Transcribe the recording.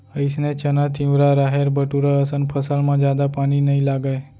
अइसने चना, तिंवरा, राहेर, बटूरा असन फसल म जादा पानी नइ लागय